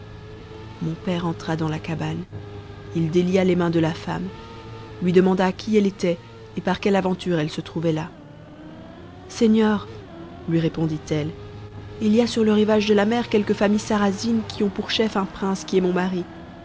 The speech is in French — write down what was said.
mon père entra dans la cabane il délia les mains de la femme lui demanda qui elle était et par quelle aventure elle se trouvait là seigneur lui répondit ette il y a sur le rivage de la mer quelques familles sarrasines qui ont pour chef un prince qui est mon mari